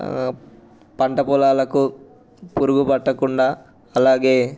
పంట పొలాలకు పురుగు పట్టకుండా అలాగే